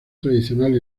tradicional